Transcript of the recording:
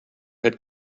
had